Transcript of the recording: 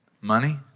Money